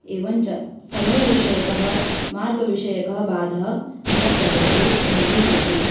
एवञ्च समयविषयकः मार्गविषयकः बाधा मम प्रदेशे अनुभूयते